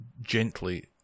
gently